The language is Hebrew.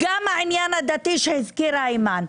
גם העניין הדתי שהזכירה אימאן,